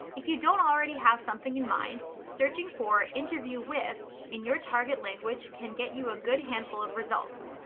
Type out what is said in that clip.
if you don't already have something in mind searching for interview with in your target language can get you a good handful of results.